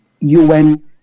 UN